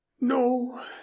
No